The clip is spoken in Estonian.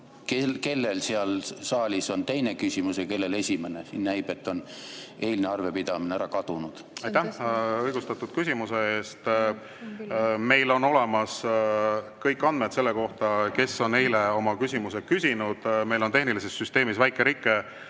kellel siin saalis on teine küsimus, kellel esimene. Näib, et siin on eilne arvepidamine ära kadunud. Aitäh õigustatud küsimuse eest! Meil on olemas kõik andmed selle kohta, kes on eile oma küsimused küsinud. Meil on tehnilises süsteemis väike rike